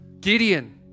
Gideon